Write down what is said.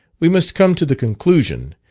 we must come to the conclusion,